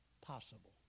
possible